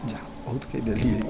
जा बहुत कहि देलियै